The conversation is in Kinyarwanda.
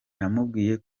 namubwiye